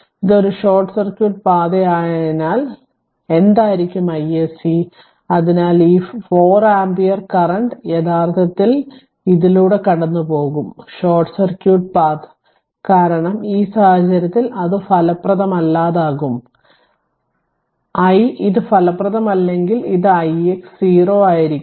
ഇത് ഒരു short circuit പാതയായതിനാൽ എന്തായിരിക്കും isc അതിനാൽ ഈ 4 ആമ്പിയർ കറന്റ് യഥാർത്ഥത്തിൽ നേരിട്ട് ഇതിലൂടെ കടന്നുപോകും ഷോർട്ട് സർക്യൂട്ട് പാത്ത് കാരണം ഈ സാഹചര്യത്തിൽ അത് ഫലപ്രദമല്ലാതാകും i ഇത് ഫലപ്രദമല്ലെങ്കിൽ ഇത് ix 0 ആയിരിക്കും